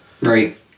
right